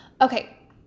Okay